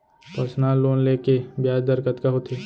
Personal loan ले के ब्याज दर कतका होथे?